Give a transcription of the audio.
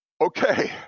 okay